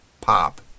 pop